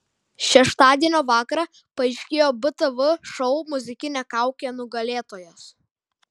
šeštadienio vakarą paaiškėjo btv šou muzikinė kaukė nugalėtojas